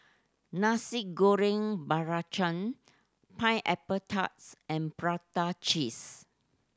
Nasi Goreng Belacan pineapple tarts and prata cheese